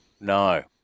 No